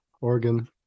Oregon